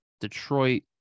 Detroit